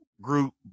group